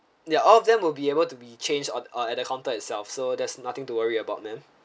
there're all of them will be able to be changed uh uh at the counter itself so there's nothing to worry about ma'am